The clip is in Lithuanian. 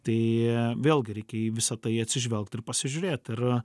tai vėlgi reikia į visa tai atsižvelgt ir pasižiūrėt ir